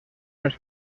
més